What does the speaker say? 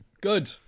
Good